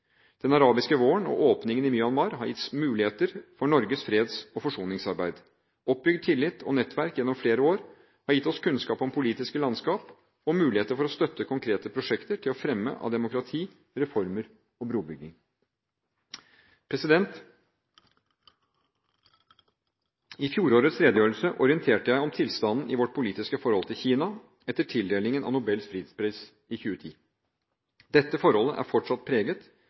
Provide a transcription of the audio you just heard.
Den arabiske våren og åpningen i Myanmar har gitt muligheter for Norges freds- og forsoningsarbeid. Oppbygd tillit og nettverk gjennom flere år har gitt oss kunnskap om politiske landskap og muligheter for å støtte konkrete prosjekter til fremme av demokrati, reformer og brobygging. I fjorårets redegjørelse orienterte jeg om tilstanden i vårt politiske forhold til Kina etter tildelingen av Nobels fredspris i 2010. Dette forholdet er fortsatt preget